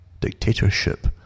dictatorship